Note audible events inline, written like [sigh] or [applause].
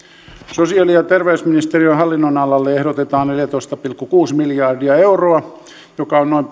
sosiaali ja terveysministeriön hallinnonalalle ehdotetaan neljätoista pilkku kuusi miljardia euroa joka on noin [unintelligible]